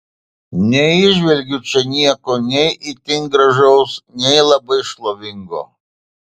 neįžvelgiu čia nieko nei itin gražaus nei labai šlovingo